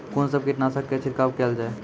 कून सब कीटनासक के छिड़काव केल जाय?